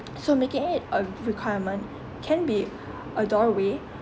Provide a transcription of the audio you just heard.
so making it a requirement can be a doorway